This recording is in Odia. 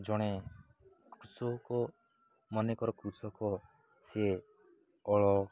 ଜଣେ କୃଷକ ମନେକର କୃଷକ ସିଏ ହଳ